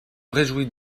réjouis